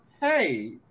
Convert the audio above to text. Hey